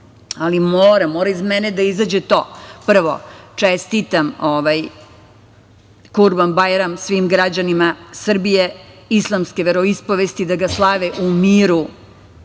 ali moram, mora iz mene da izađe to, prvo da čestitam Kurban-bajram svim građanima Srbije islamske veroispovesti, da ga slave u miru,